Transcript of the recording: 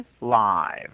live